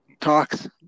talks